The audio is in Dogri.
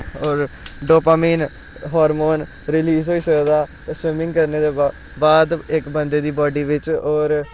होर डोपामीन हॉर्मोन रलीज़ होई सकदा स्विमिंग करने दे बाद इक बंदे बी बॉडी बिच्च होर